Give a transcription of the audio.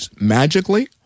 magically